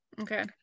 Okay